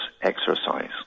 exercise